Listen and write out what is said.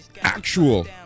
actual